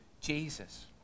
Jesus